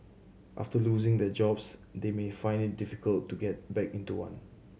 after losing their jobs they may find it difficult to get back into one